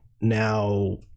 now